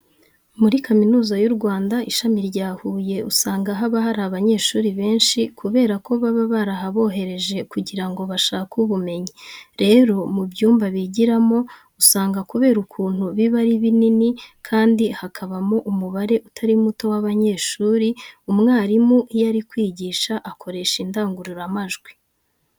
Muri Kaminuza y'u Rwanda, ishami rya Huye usanga haba hari abanyeshuri benshi kubera ko baba barahabohereje kugira ngo bashake ubumenyi. Rero mu byumba bigiramo, usanga kubera ukuntu biba ari binini kandi hakabamo n'umubare utari muto w'abanyeshuri, umwarimu iyo ari kwigisha akoresha indangururamajwi.